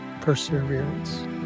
perseverance